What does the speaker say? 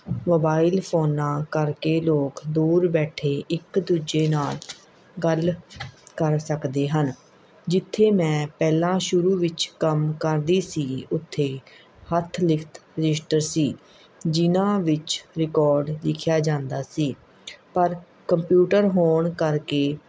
mobile ਫੋਨਾਂ ਕਰਕੇ ਲੋਕ ਦੂਰ ਬੈਠੇ ਇੱਕ ਦੂਜੇ ਨਾਲ਼ ਗੱਲ ਕਰ ਸਕਦੇ ਹਨ ਜਿੱਥੇ ਮੈਂ ਪਹਿਲਾਂ ਸ਼ੁਰੂ ਵਿੱਚ ਕੰਮ ਕਰਦੀ ਸੀ ਉੱਥੇ ਹੱਥ ਲਿਖਤ ਰਜਿਸਟਰ ਸੀ ਜਿਨ੍ਹਾਂ ਵਿੱਚ ਰਿਕੋਰਡ ਲਿਖਿਆ ਜਾਂਦਾ ਸੀ ਪਰ ਕੰਪਿਊਟਰ ਹੋਣ ਕਰਕੇ